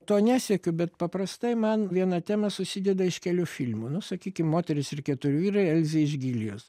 to nesiekiu bet paprastai man viena tema susideda iš kelių filmų nu sakykim moteris ir keturi vyrai elzė iš gilijos